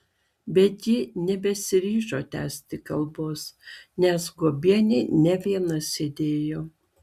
bet ji nebesiryžo tęsti kalbos nes guobienė ne viena sėdėjo